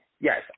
Yes